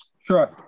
Sure